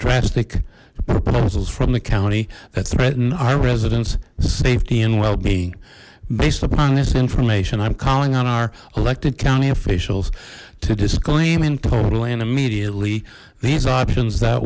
drastic proposals from the county that threaten our residents safety and well being based upon this information i'm calling on our elected county officials to disclaim in total and immediately these options that